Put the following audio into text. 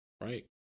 right